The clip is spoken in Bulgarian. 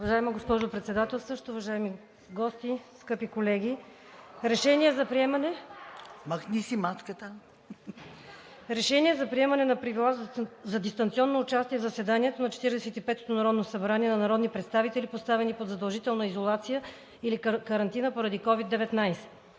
Уважаема госпожо Председателстващ, уважаеми гости, скъпи колеги! „Проект! РЕШЕНИЕ за приемане на Правила за дистанционно участие в заседанията на Четиридесет и петото народно събрание на народни представители, поставени под задължителна изолация или карантина поради COVID-19